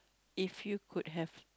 if you could have